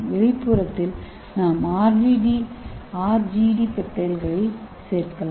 வெளிப்புறத்தில் நாம் ஆர்ஜிடி பெப்டைட்களை சேர்க்கலாம்